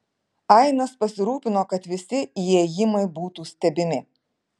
ainas pasirūpino kad visi įėjimai būtų stebimi